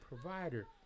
provider